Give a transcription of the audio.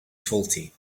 faulty